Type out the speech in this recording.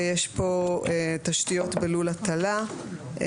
תשתיות בלול הטלה,